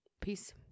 peace